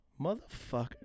Motherfucker